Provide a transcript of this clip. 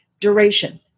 duration